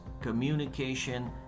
communication